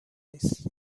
نیست